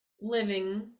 living